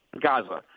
Gaza